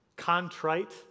contrite